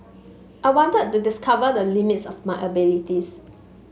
I wanted to discover the limits of my abilities